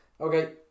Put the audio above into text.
Okay